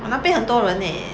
!wah! 那边很多人 leh